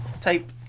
type